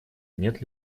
нет